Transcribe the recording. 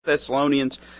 Thessalonians